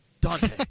Dante